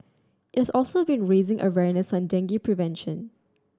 it has also been raising awareness on dengue prevention